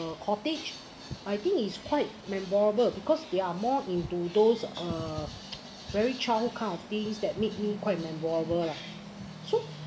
uh cottage I think is quite memorable because they are more into those uh very childhood kind of things that made me quite memorable lah so